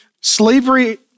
Slavery